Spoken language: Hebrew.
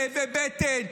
כאבי בטן?